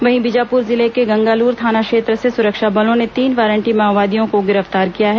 वहीं बीजापुर जिले के गंगालूर थाना क्षेत्र से सुरक्षा बलों ने तीन वारंटी माओवादियों को गिरफ्तार किया है